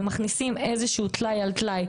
ומכניסים איזשהו טלאי על טלאי,